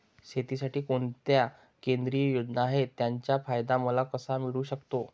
शेतीसाठी कोणत्या केंद्रिय योजना आहेत, त्याचा फायदा मला कसा मिळू शकतो?